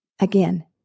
Again